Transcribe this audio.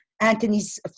Anthony's